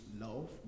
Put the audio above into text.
love